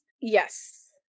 Yes